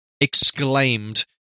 exclaimed